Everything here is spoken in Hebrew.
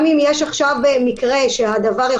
כי אם יש מקרה שבו השימוש במרשם הפלילי יכול